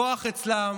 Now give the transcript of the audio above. הכוח אצלם,